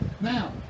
now